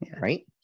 right